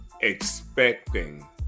expecting